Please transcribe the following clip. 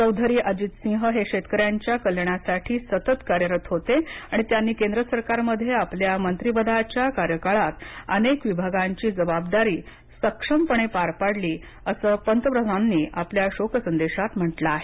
चौधरी अजित सिंह हे शेतकऱ्यांच्या कल्याणासाठी सतत कार्यरत होते आणि त्यांनी केंद्र सरकारमध्ये आपल्या मंत्रिपदाच्या कार्यकाळात अनेक विभागांची जबाबदारी सक्षमपणे पार पाडली असं पंतप्रधानांनी आपल्या शोक संदेशात म्हंटल आहे